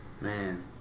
man